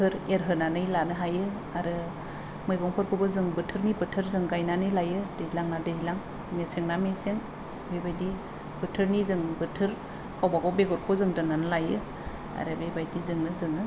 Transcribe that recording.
फोर एरहोनानै लानो हायो आरो मैगंफोरखौबो जों बोथोरनि बोथोर जों गायनानै लायो दैज्लांना दैज्लां मेसेंना मेसें बेबायदि बोथोरनि जों बोथोर गावबागाव बेगरखौ जों दोननानै लायो आरो बेबायदिजोंनो जोङो